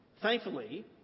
Thankfully